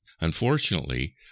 Unfortunately